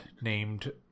named